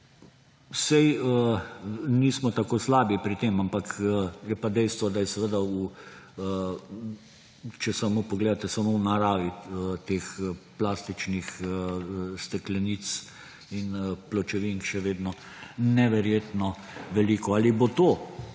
saj nismo tako slabi pri tem. Ampak je pa dejstvo, da je seveda, če samo pogledate, je v naravi teh plastičnih steklenic in pločevink še vedno neverjetno veliko. Ali bo